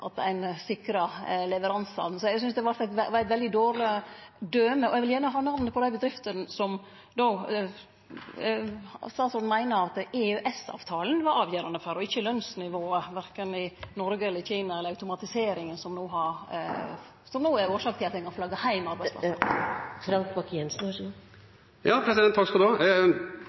når ein har så gode avtalar innanfor EØS at ein sikrar leveransane. Eg synest det var eit veldig dårleg døme, og eg vil gjerne ha namnet på dei bedriftene som statsråden meiner at EØS-avtalen var avgjerande for, og ikkje lønsnivået, verken i Noreg eller Kina, eller automatiseringa, som no er årsak til at ein kan